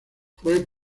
fue